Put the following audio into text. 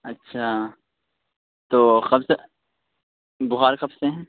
اچھا تو کب سے بخار کب سے ہے